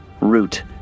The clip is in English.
root